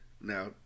Now